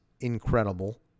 incredible